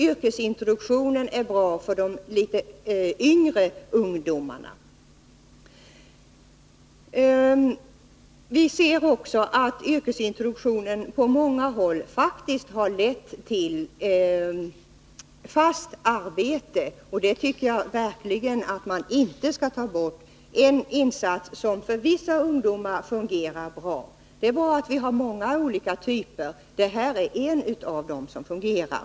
Yrkesintroduktionen är bra för de litet yngre. Vi ser också att yrkesintroduktionen på många håll faktiskt har lett till fast arbete. Jag tycker verkligen att man inte skall ta bort en insats som för vissa ungdomar fungerar bra. Det är bara så att vi har många olika typer, och det här är en av dem som fungerar.